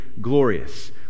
glorious